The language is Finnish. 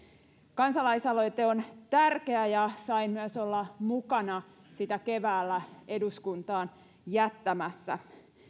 kansalaisaloite on tärkeä ja sain myös olla mukana sitä keväällä eduskuntaan jättämässä